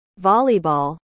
volleyball